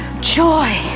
joy